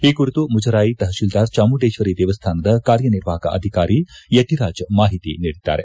ಈ ಕುರಿತು ಮುಜರಾಯಿ ತಹಶಿಲ್ದಾರ್ ಚಾಮುಂಡೇಶ್ವರಿ ದೇವಸ್ಥಾನದ ಕಾರ್ಯನಿರ್ವಾಹಕ ಅಧಿಕಾರಿ ಯತಿರಾಜ್ ಮಾಹಿತಿ ನೀಡಿದ್ದಾರೆ